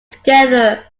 together